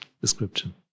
description